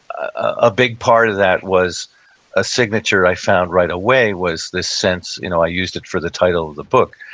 a big part of that was a signature i found right away was this sense, you know, i used it for the title of the book.